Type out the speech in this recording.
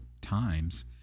times